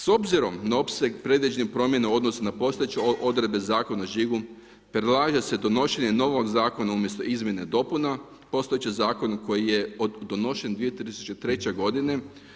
S obzirom na opseg predviđenih promjena u odnosu na postojeće odredbe Zakona o žigu predlaže se donošenje novog Zakona umjesto izmjena i dopuna postojećeg zakona koji je donesen 2003. godine.